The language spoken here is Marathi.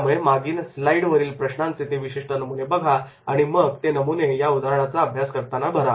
त्यामुळे मागील स्लाइडवरील प्रश्नांचे ते विशिष्ट नमुने बघा आणि मग ते नमुने या उदाहरणाचा अभ्यास करताना भरा